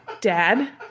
Dad